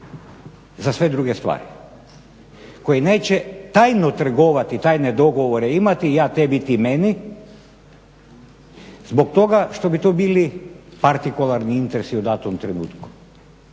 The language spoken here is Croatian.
za sve druge stvari. Koji neće tajno trgovati, tajne dogovore imati ja tebi ti meni zbog toga što bi to bili partikularni interesi u datom trenutku.